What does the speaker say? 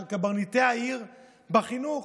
של קברניטי העיר בחינוך,